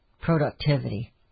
productivity